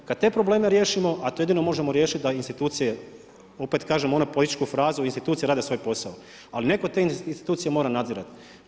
I kad te probleme riješimo a to jedino možemo riješiti da institucije, opet kažem onu političku frazu „institucije rade svoj posao“, ali netko te institucije mora nadzirati.